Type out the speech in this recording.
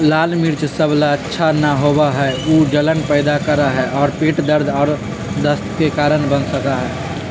लाल मिर्च सब ला अच्छा न होबा हई ऊ जलन पैदा करा हई और पेट दर्द और दस्त के कारण बन सका हई